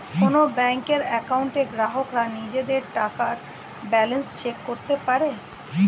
কোন ব্যাংকের অ্যাকাউন্টে গ্রাহকরা নিজেদের টাকার ব্যালান্স চেক করতে পারে